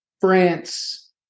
France